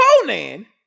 Conan